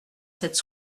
cette